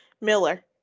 Miller